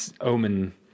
Omen